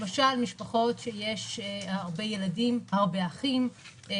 למשל משפחות שיש הרבה ילדים, הרבה אחים.